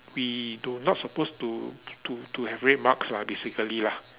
we don't not supposed to to to have red marks lah basically lah